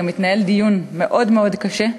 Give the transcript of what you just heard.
אלא גם התנהל דיון מאוד קשה,